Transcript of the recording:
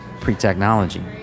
pre-technology